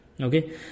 okay